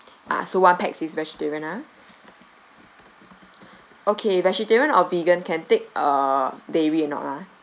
ah so one pax is vegetarian ah okay vegetarian or vegan can take uh dairy or not ah